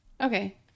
Okay